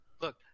Look